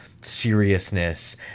seriousness